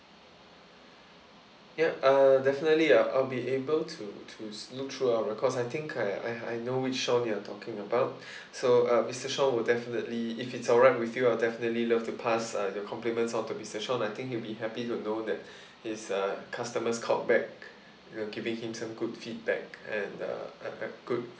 yup uh definitely uh I'll be able to to look through our records I think I I know which shawn you're talking about so uh mister shawn would definitely if it's alright with you I'd definitely love to pass uh the compliments on to mister shawn I think he'll be happy to know that his uh customers called back giving him some good feedback and uh a a good